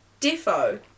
Defo